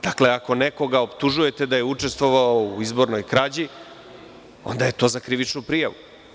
Dakle, ako nekoga optužujete da je učestvovao u izbornoj krađi onda je to za krivičnu prijavu.